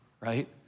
right